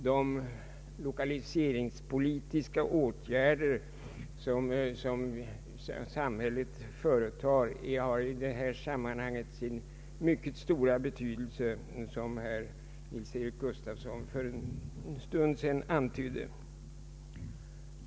De lokaliseringspolitiska åtgärder som samhället företar har i detta sammanhang sin mycket stora betydelse, som herr Nils-Eric Gustafsson för en stund sedan antydde.